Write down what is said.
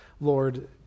lord